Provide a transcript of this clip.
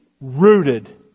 rooted